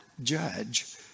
judge